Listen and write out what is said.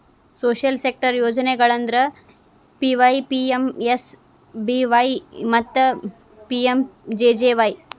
social sector ಯೋಜನೆಗಳಂದ್ರ PYPMSBY ಮತ್ತ PMJJY